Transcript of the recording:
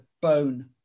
bone